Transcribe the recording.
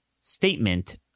statement